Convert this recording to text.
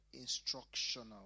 instructional